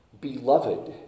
Beloved